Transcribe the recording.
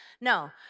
No